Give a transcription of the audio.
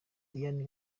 diane